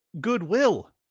goodwill